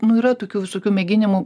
nu yra tokių visokių mėginimų